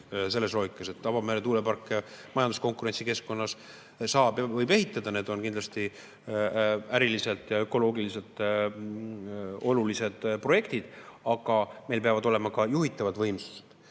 selles loogikas. Avamere tuuleparke majanduskonkurentsi keskkonnas saab ja võib ehitada, need on kindlasti äriliselt ja ökoloogiliselt olulised projektid, aga meil peavad olema ka juhitavad võimsused.